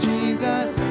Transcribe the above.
Jesus